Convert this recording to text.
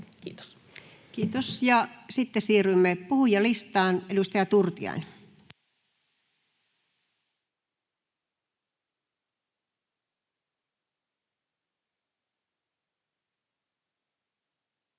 Kiitos. — Ja sitten siirrymme puhujalistaan. — Edustaja Turtiainen.